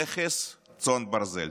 נכס צאן ברזל.